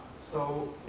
so